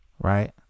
right